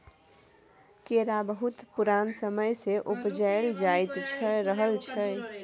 केरा बहुत पुरान समय सँ उपजाएल जाइत रहलै यै